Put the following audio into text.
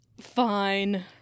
Fine